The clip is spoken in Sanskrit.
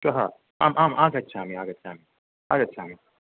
श्वः आम् आम् आगच्छामि आगच्छामि आगच्छामि